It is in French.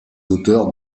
auteurs